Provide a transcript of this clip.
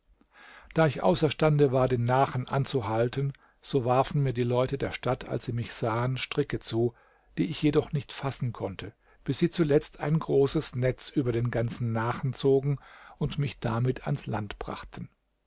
da ich außerstande war den nachen anzuhalten so warfen mir die leute der stadt als sie mich sahen stricke zu die ich jedoch nicht fassen konnte bis sie zuletzt ein großes netz über den ganzen nachen zogen und mich damit ans land brachten